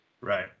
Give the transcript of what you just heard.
Right